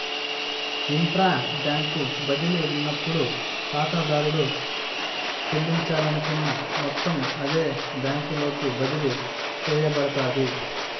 intra bank బదిలీ ఉన్నప్పుడు కాతాదారుడు సెల్లించాలనుకున్న మొత్తం అదే బ్యాంకులోకి బదిలీ సేయబడతాది